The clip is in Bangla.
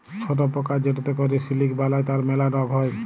ছট পকা যেটতে ক্যরে সিলিক বালাই তার ম্যালা রগ হ্যয়